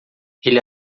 ele